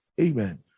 amen